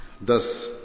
Thus